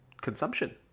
consumption